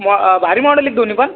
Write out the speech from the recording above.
मॉ भारी मॉडेल आहेत दोन्ही पण